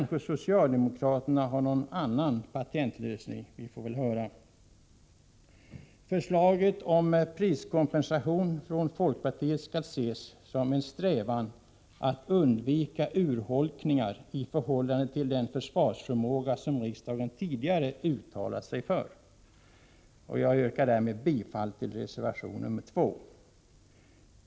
Socialdemokraterna har kanske någon annan patentlösning — vi får väl höra. Folkpartiets förslag om priskompensation skall ses som en strävan att undvika urholkningar i den försvarsförmåga som riksdagen tidigare uttalat sig för. Jag yrkar därmed bifall till reservation 2.